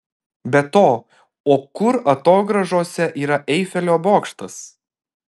be to o kur atogrąžose yra eifelio bokštas